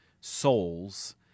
souls